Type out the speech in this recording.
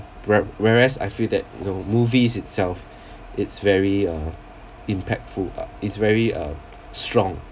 where~ whereas I feel that you know movies itself is very uh impactful is very uh strong